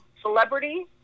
Celebrity